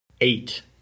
eight